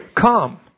Come